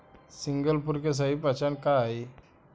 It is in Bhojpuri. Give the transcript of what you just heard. सिंगल सुपर के सही पहचान का हई?